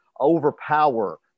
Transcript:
overpower